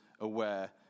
aware